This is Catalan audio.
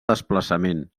desplaçament